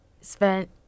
spent